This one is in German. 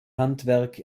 handwerk